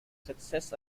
success